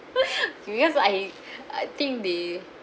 because I I think they